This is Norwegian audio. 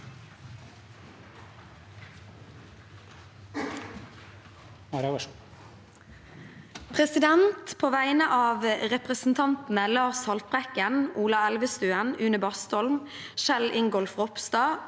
På vegne av represen- tantene Lars Haltbrekken, Ola Elvestuen, Une Bastholm, Kjell Ingolf Ropstad,